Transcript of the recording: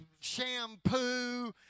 shampoo